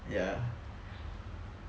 ya